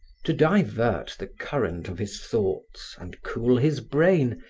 to divert the current of his thoughts and cool his brain,